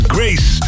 Grace